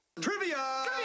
Trivia